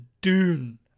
Dune